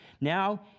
Now